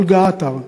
אולגה עטר,